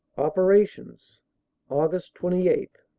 operations aug. twenty eight.